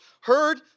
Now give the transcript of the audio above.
heard